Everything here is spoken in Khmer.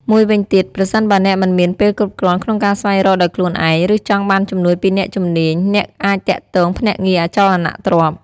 មួយវិញទៀត ប្រសិនបើអ្នកមិនមានពេលគ្រប់គ្រាន់ក្នុងការស្វែងរកដោយខ្លួនឯង ឬចង់បានជំនួយពីអ្នកជំនាញ អ្នកអាចទាក់ទងភ្នាក់ងារអចលនទ្រព្យ។